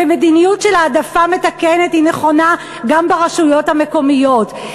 ומדיניות של העדפה מתקנת היא נכונה גם ברשויות המקומיות.